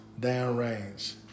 downrange